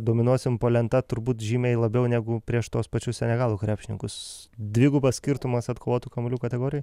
dominuosim po lenta turbūt žymiai labiau negu prieš tuos pačius senegalo krepšininkus dvigubas skirtumas atkovotų kamuolių kategorijoj